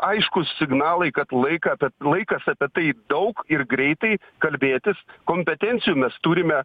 aiškūs signalai kad laiką apie laikas apie tai daug ir greitai kalbėtis kompetencijų mes turime